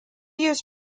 years